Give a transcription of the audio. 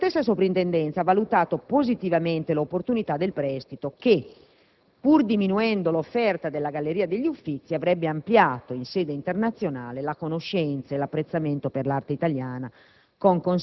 La stessa Soprintendenza ha valutato positivamente l'opportunità del prestito che, pur diminuendo l'offerta della Galleria degli Uffizi, avrebbe ampliato, in sede internazionale, la conoscenza e l'apprezzamento per l'arte italiana,